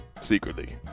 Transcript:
secretly